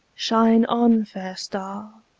shine on, fair star,